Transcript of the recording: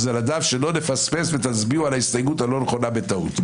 שלא נפספס ותצביעו על ההסתייגות הלא נכונה בטעות.